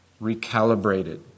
recalibrated